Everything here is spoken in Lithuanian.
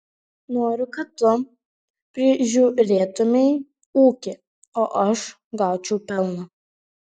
noriu kad tu prižiūrėtumei ūkį o aš gaučiau pelną